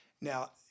Now